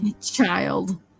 Child